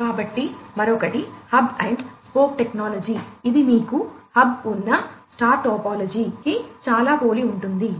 కాబట్టి మరొకటి hub and spoke topology కి చాలా పోలి ఉంటుంది